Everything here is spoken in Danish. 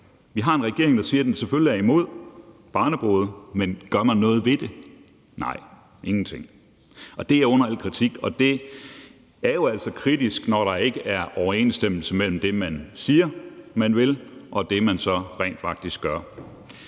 Vi har en regering, der siger, at den selvfølgelig er imod barnebrude, men gør man noget ved det? Nej, ingenting, og det er under al kritik. Det er jo altså kritisk, når der ikke er overensstemmelse mellem det, man siger, man vil, og det, man så rent faktisk gør.